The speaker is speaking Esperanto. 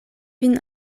vin